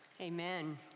Amen